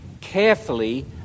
carefully